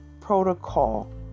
protocol